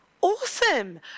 Awesome